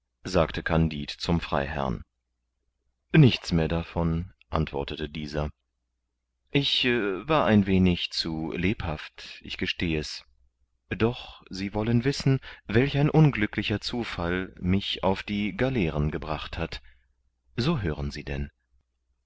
sagte kandid zum freiherrn nichts mehr davon antwortete dieser ich war ein wenig zu lebhaft ich gesteh es doch sie wollen wissen welch ein unglücklicher zufall mich auf die galeeren gebracht hat so hören sie denn